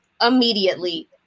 immediately